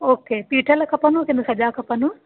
ओ के पीठल खपंदव कि न सॼा खपंदव